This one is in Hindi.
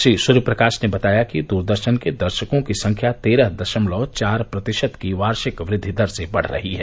श्री सूर्यप्रकाश ने बताया कि दूरदर्शन के दर्शकों की संख्या तेरह दशमलव चार प्रतिशत की वार्षिक वृद्वि दर से बढ़ रही है